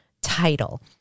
title